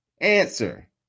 Answer